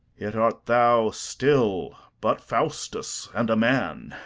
yet art thou still but faustus, and a man.